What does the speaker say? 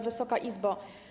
Wysoka Izbo!